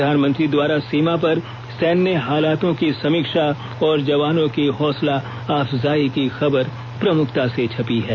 प्रधानमंत्री द्वारा सीमा पर सैन्य हालातों की समीक्षा और जवानों की हौसला अफजाई की खबर प्रमुखता से छापी है